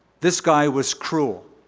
this guy was cruel.